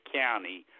county